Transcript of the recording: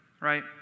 right